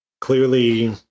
clearly